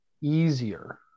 easier